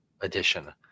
edition